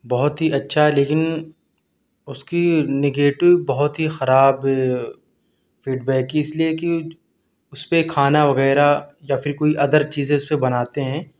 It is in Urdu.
بہت ہی اچھا ہے لیکن اُس کی نگیٹیو بہت ہی خراب فیڈ بیک اِس لیے کہ اُس پہ کھانا وغیرہ یا پھر کوئی ادر چیزیں اُس پہ بناتے ہیں